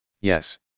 yes